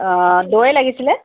অঁ দৈ লাগিছিলে